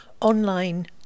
online